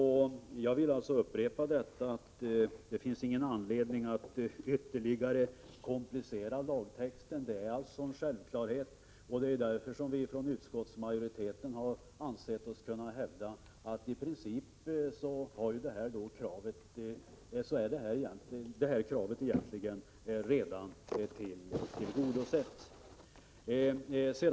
Jag vill alltså upprepa att det inte finns någon anledning att ytterligare komplicera lagtexten. Detta är en självklarhet, och det är därför vi i utskottsmajoriteten ansett oss kunna hävda att detta krav redan är tillgodosett.